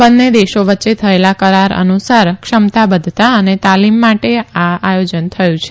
બંને દેશો વચ્ચે થયેલા કરાર અનુસાર ક્ષમતા બધ્ધતા અને તાલીમ માટે આ આયોજન થયું છે